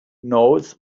knows